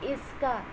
اس کا